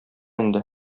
инде